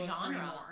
genre